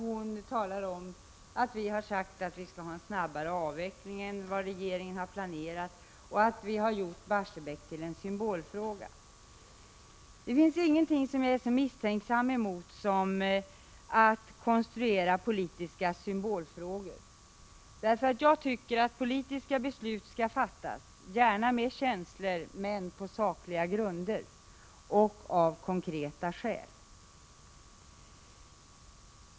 Hon talade om att vi sagt att vi vill ha en snabbare avveckling än vad regeringen har planerat och att vi har gjort Barsebäck till en symbolfråga. Det finns ingenting som jag är så misstänksam emot som att konstruera politiska symbolfrågor. Jag tycker att politiska beslut skall fattas gärna med känslor men på sakliga grunder och av konkreta skäl.